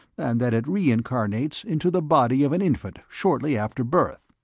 and that it reincarnates into the body of an infant, shortly after birth.